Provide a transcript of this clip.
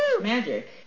magic